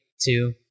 Two